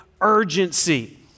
urgency